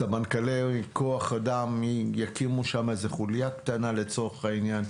שסמנכ"לי כוח אדם יקימו שם איזו חוליה קטנה לצורך העניין.